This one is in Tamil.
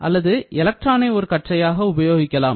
அல்லது எலக்ட்ரானை ஒரு கற்றையாக உபயோகிக்கலாம்